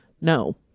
no